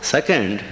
Second